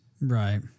Right